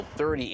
30